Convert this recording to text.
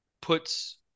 puts